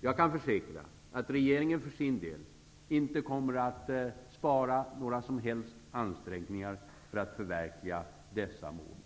Jag kan försäkra att regeringen för sin del inte kommer att spara några som helst ansträngningar för att förverkliga dessa mål.